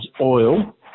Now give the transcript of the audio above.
oil